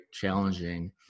challenging